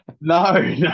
no